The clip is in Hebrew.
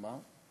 מה?